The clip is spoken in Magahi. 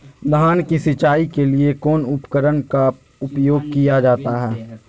धान की सिंचाई के लिए कौन उपकरण का उपयोग किया जाता है?